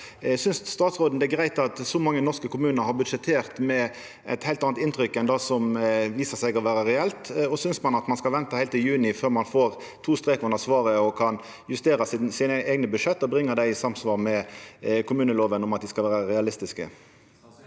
Synest statsråden det er greitt at så mange norske kommunar har budsjettert med eit heilt anna inntrykk enn det som viser seg å vera reelt? Synest ein at ein skal venta heilt til juni før ein får to strekar under svaret, kan justera budsjetta sine og bringa dei i samsvar med kommunelova, dvs. at dei skal vera realistiske?